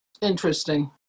Interesting